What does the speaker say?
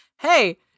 Hey